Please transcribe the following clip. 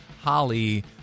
Holly